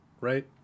right